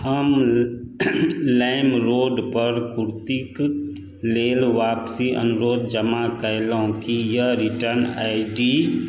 हम लाइमरोड पर कुर्तीके लेल आपसी अनुरोध जमा कयलहुँ की यै रिटर्न आइ डी